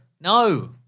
No